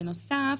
בנוסף,